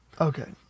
Okay